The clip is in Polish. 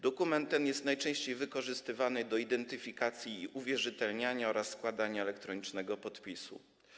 Dokument ten jest najczęściej wykorzystywany do identyfikacji i uwierzytelniania oraz składania elektronicznego podpisu.